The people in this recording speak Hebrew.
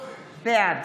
בעד